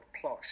plus